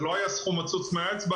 זה לא היה סכום מצוץ מהאצבע